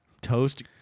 toast